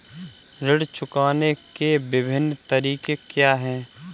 ऋण चुकाने के विभिन्न तरीके क्या हैं?